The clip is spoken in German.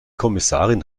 kommissarin